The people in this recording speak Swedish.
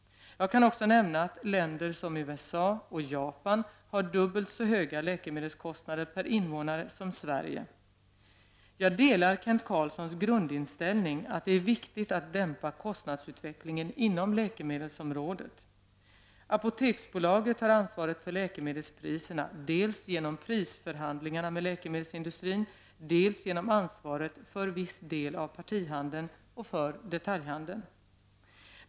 Jag kan också nämna att länder som USA och Japan har dubbelt så höga läkemedelskostnader per invånare som Sverige. Jag delar Kent Carlssons grundinställning att det är viktigt att dämpa kostnadsutvecklingen inom läkemedelsområdet. Apoteksbolaget har ansvaret för läkemedelspriserna dels genom prisförhandlingarna med läkemedelsindustrin, dels genom ansvaret för viss del av partihandeln och för detaljhandeln.